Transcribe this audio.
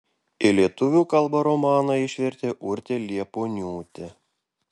į lietuvių kalbą romaną išvertė urtė liepuoniūtė